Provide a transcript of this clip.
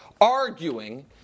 arguing